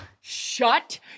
shut